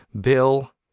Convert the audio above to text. Bill